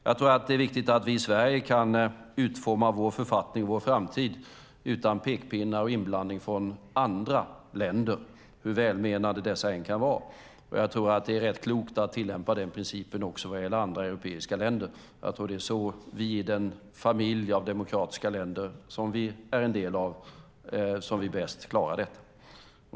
Jag tror att det är viktigt att vi i Sverige kan utforma vår författning och vår framtid utan pekpinnar och inblandning från andra länder, hur välmenande dessa än kan vara. Och jag tror att det är rätt klokt att tillämpa den principen också vad gäller andra europeiska länder. Jag tror att det är så som vi i den familj av demokratiska länder som vi är en del av bäst klarar det.